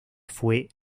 fue